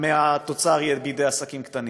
מהתוצר יהיה בידי העסקים הקטנים,